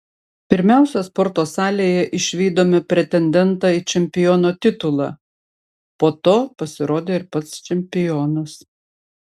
pirmiausia sporto salėje išvydome pretendentą į čempiono titulą po to pasirodė ir pats čempionas